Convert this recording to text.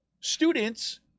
Students